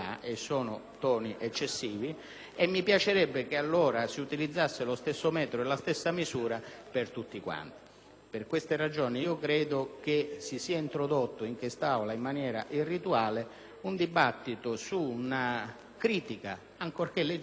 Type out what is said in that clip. conclusione, credo che sia stato introdotto in quest'Aula in maniera irrituale un dibattito su una critica, ancorché legittima, ad una via che «Famiglia Cristiana» ha usato per manifestare la sua opinione, un'opinione che nel contenuto noi condividiamo.